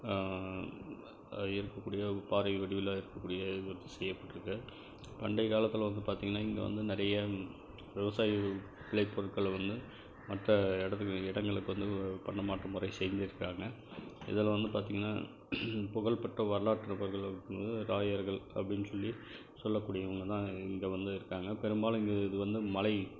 இருக்கக்கூடிய ஒரு பாறை வடிவில் இருக்கக்கூடிய செய்யப்பட்டிருக்கு பண்டைகாலத்தில் வந்து பார்த்திங்கனா இங்கே வந்து நிறைய விவசாயிகள் விளைப்பொருட்களை வந்து மற்ற இடத்துக்கு இடங்களுக்கு வந்து பண்டமாற்று முறை செஞ்சுருக்காங்க இதில் வந்து பார்த்திங்கனா புகழ்பெற்ற வரலாற்று ராயர்கள் அப்படினு சொல்லி சொல்லக்கூடியவங்க தான் இங்கே வந்து இருக்காங்க பெரும்பாலும் இது வந்து மலை